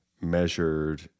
measured